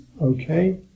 okay